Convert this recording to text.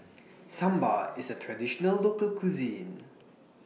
Sambar IS A Traditional Local Cuisine